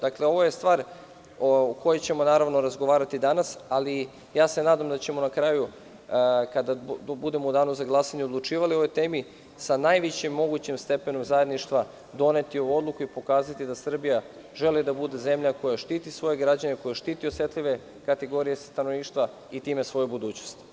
Dakle, ovo je stvar o kojoj ćemo, naravno razgovarati danas, ali ja se nadam da ćemo na kraju kada budemo u danu za glasanje odlučivali o ovoj temi, sa najvećim mogućim stepenom zajedništva doneti ovu odluku i pokazati da Srbija želi da bude zemlja koja štiti svoje građane, koja štiti osetljive kategorije stanovništva, i time svoju budućnost.